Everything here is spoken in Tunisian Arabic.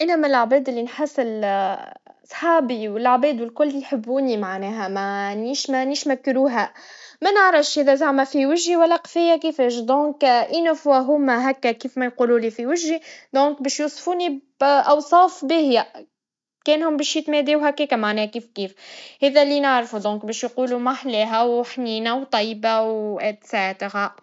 أصدقائي يمكن يوصفوني كإنسان مرِح ومحبوب، أو حتى طموح. نحب نساعدهم ونكون موجود وقت ما يحتاجوني. زادة، يمكن يقولو إني شخص صادق وموثوق، وهذا يعكس العلاقة القوية اللي بينا.